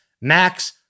max